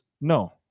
No